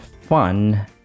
fun